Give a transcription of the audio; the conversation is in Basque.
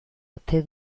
ote